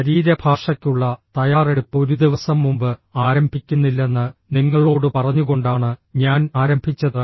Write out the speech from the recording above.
ശരീരഭാഷയ്ക്കുള്ള തയ്യാറെടുപ്പ് ഒരു ദിവസം മുമ്പ് ആരംഭിക്കുന്നില്ലെന്ന് നിങ്ങളോട് പറഞ്ഞുകൊണ്ടാണ് ഞാൻ ആരംഭിച്ചത്